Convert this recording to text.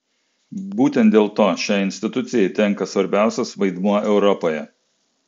būtent dėl to šiai institucijai tenka svarbiausias vaidmuo europoje